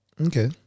Okay